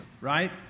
right